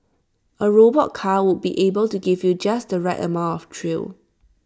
A robot car would be able give you just the right amount of thrill